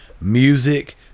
music